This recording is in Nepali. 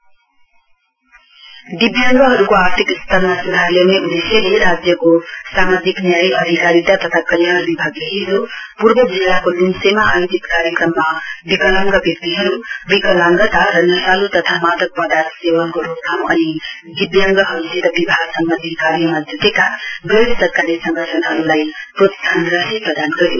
इनसेन्टिब आवर्डेड दिब्याङ्गहरुको आर्थिक स्तरमा सुधार ल्याउने उदेश्यले राज्यको सामाजिक न्याय अधिकारिता तथा कल्याण विभागले हिजो पूर्व जिल्लाको ल्म्सेमा आयोजित कार्यक्रममा विकलांग व्यक्तिहरु विकलाङ्गता र नशाल् तथा मादक पदार्थ सेवनको रोकथाम अनि दिव्याङ्गहरुसित विवाह सम्वन्धी कार्यक्रमा ज्टेका गैर सरकारी संगठनहरुलाई प्रोत्साहन राशि प्रदान गर्यो